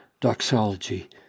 doxology